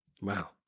Wow